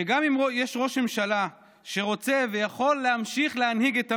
שגם אם יש ראש ממשלה שרוצה ויכול להמשיך להנהיג את המדינה,